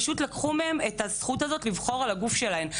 לקחו מהן את הזכות לבחור על הגוף שלהן.